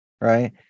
right